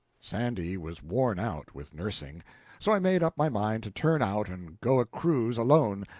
sandy was worn out with nursing so i made up my mind to turn out and go a cruise alone,